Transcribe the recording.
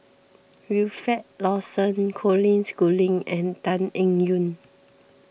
Wilfed Lawson Colin Schooling and Tan Eng Yoon